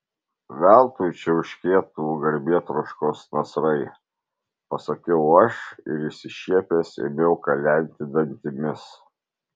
veltui čiauškėtų garbėtroškos nasrai pasakiau aš ir išsišiepęs ėmiau kalenti dantimis